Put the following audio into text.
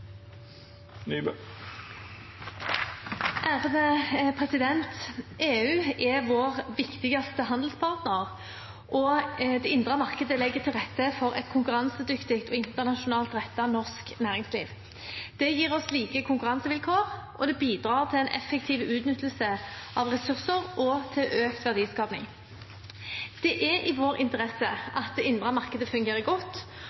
EU er vår viktigste handelspartner, og det indre markedet legger til rette for et konkurransedyktig og internasjonalt rettet norsk næringsliv. Det gir oss like konkurransevilkår, og det bidrar til en effektiv utnyttelse av ressurser og til økt verdiskaping. Det er i vår interesse at det indre markedet fungerer godt,